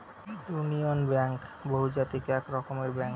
union Bank বহুজাতিক এক রকমের ব্যাঙ্ক